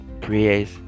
prayers